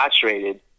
saturated